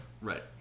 Right